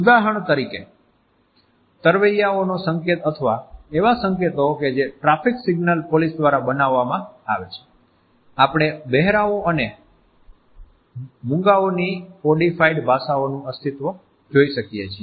ઉદાહરણ તરીકે તરવૈયાઓના સંકેત અથવા એવા સંકેતો કે જે ટ્રાફિક સિગ્નલ પોલીસ દ્વારા બનાવવામાં આવે છે આપણે બહેરાઓ અને મૂંગોની કોડિફાઇડ ભાષાઓનું અસ્તિત્વ જોઈ શકીએ છીએ